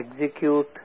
execute